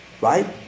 Right